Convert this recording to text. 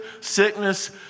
sickness